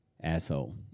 Asshole